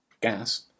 gas